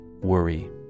worry